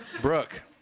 Brooke